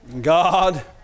God